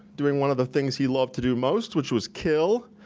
doing one of the things he loved to do most which was kill,